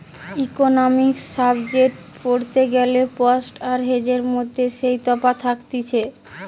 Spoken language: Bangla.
ইকোনোমিক্স সাবজেক্ট পড়তে গ্যালে স্পট আর হেজের মধ্যে যেই তফাৎ থাকতিছে